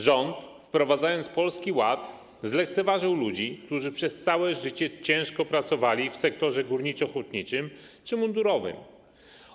Rząd wprowadzając Polski Ład, zlekceważył ludzi, którzy przez całe życie ciężko pracowali w sektorze górniczo-hutniczym czy mundurowym.